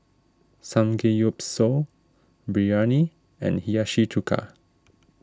Samgeyopsal Biryani and Hiyashi Chuka